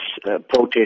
protest